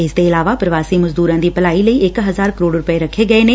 ਇਸਦੇ ਇਲਾਵਾ ਪੁਵਾਸੀ ਮਜ਼ਦੁਰਾਂ ਦੀ ਭਲਾਈ ਲਈ ਇਕ ਹਜ਼ਾਰ ਕਰੋਤ ਰੁਪੈ ਰੱਖੇ ਗਏ ਨੇ